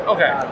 Okay